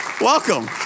welcome